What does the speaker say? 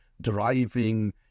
driving